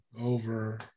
over